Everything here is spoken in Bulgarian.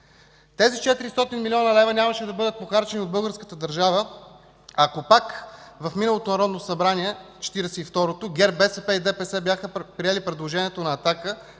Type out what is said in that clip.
Тези 400 млн. лв. нямаше да бъдат похарчени от българската държава, ако пак в миналото Народно събрание – Четиридесет и второто, ГЕРБ, БСП и ДПС бяха приели предложението на „Атака”